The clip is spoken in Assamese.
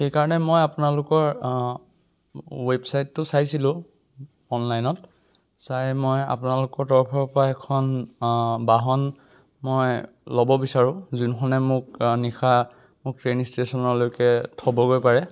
সেইকাৰণে মই আপোনালোকৰ ৱেবচাইটটো চাইছিলোঁ অনলাইনত চাই মই আপোনালোকৰ তৰফৰ পৰা এখন বাহন মই ল'ব বিচাৰোঁ যোনখনে মোক নিশা মোক ট্ৰেইন ষ্টেচনলৈকে থ'বগৈ পাৰে